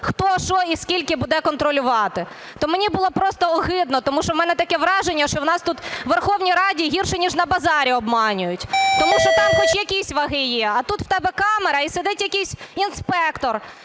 хто, що і скільки буде контролювати. То мені було просто огидно, тому що у мене таке враження, що у нас тут у Верховній Раді гірше, ніж на базарі обманюють. Тому що там хоч якісь ваги є, а тут в тебе камера і сидить якийсь інспектор,